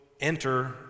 enter